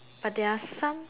but there are some